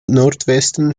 nordwesten